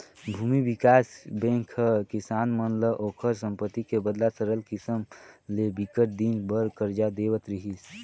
भूमि बिकास बेंक ह किसान मन ल ओखर संपत्ति के बदला सरल किसम ले बिकट दिन बर करजा देवत रिहिस